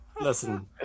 listen